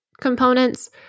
components